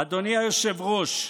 אדוני היושב-ראש,